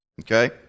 Okay